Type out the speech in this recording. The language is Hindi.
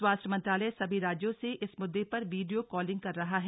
स्वास्थ्य मंत्रालय सभी राज्यों से इस मुद्दे पर वीडियो कॉलिंग कर रहा है